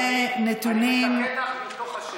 אני מתקן אותך מתוך השטח.